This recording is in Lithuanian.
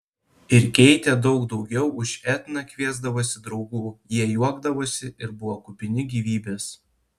ir keitė daug daugiau už etną kviesdavosi draugų jie juokdavosi ir buvo kupini gyvybės